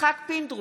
יצחק פינדרוס,